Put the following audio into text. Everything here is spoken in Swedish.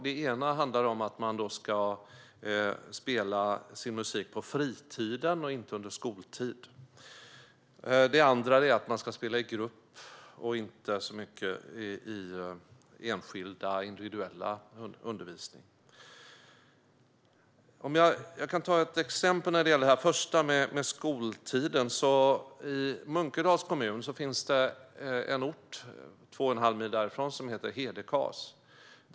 Det ena handlar om att musiken ska spelas på fritiden och inte under skoltid. Det andra är att eleverna ska spela i grupp och inte få individuell undervisning. Låt mig ta ett exempel när det gäller det första förslaget. Två och en halv mil från centralorten Munkedal i Munkedals kommun ligger orten Hedekas.